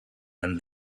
and